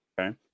Okay